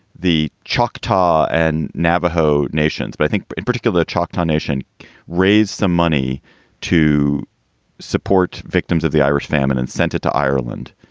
the choctaw and navajo nations. but i think in particular the choctaw nation raised some money to support victims of the irish famine and sent it to ireland.